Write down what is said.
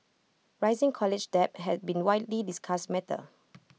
rising college debt had been widely discussed matter